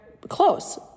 Close